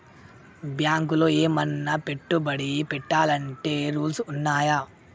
బ్యాంకులో ఏమన్నా పెట్టుబడి పెట్టాలంటే రూల్స్ ఉన్నయా?